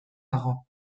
dago